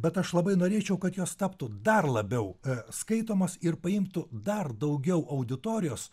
bet aš labai norėčiau kad jos taptų dar labiau skaitomos ir paimtų dar daugiau auditorijos